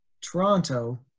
Toronto